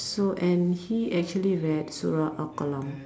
so and he actually read surah Al-Qalam